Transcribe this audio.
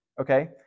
Okay